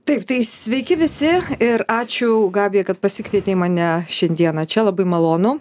taip tai sveiki visi ir ačiū gabija kad pasikvietei mane šiandieną čia labai malonu